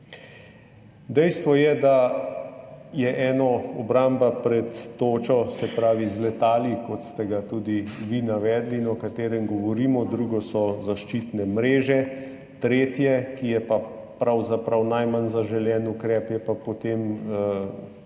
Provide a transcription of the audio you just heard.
Dejstvo je, da je eno obramba pred točo, se pravi z letali, kot ste tudi vi navedli in o čemer govorimo, drugo so zaščitne mreže, tretje, kar je pa pravzaprav najmanj zaželen ukrep, je pa potem